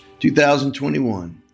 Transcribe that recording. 2021